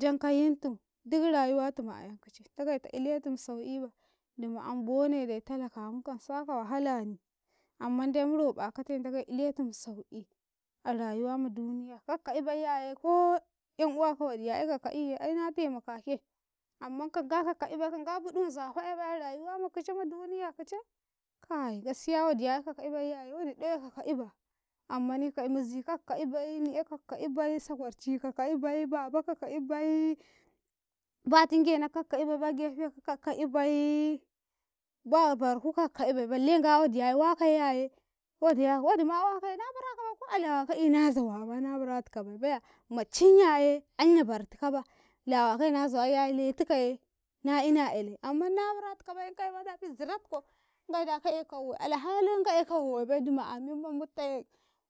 jan ka yintu duk rayuwatum ayan kice ndagai ta iletum sau'i ba dumu an bone dai talaka ankam saka wahalani amman dai mu roɗa kate ndagai iletumu sau'i a rayuwa ma duniya, kak ka'i baiyaye ko ɗan uwaka wadi ya e ka ka'iye ainatemakake amman kanga ka ka'ibai, kanga buɗu nzafa ebai a rayuwa ma kicim ma duniya kice kai gaskiya wodiya kaka'ibai wodi ɗawe ka ka'iba ammani kai mizika ka'ibai mi'eka ka ka'ibai sakwarci ka ka'ibai babo ka ka'ibaii, ba tingena ka ka'ibai ba gefeka ka ka'ibaii ba baraku kaka'ibai ballen nga wodi yayi waka yaye wodi ya wodima wakaye na barakabai ko a lawaka'i nazawama na baratikabai baya mucin yaye anya bartikaba lawakai na zawa yaye letika yena'ina 'yale amma na baratikabai ikayam dafi ziratiksu ngai da kah ekau wowai alhalin ka ekau wowai bai dumu'a memman muttai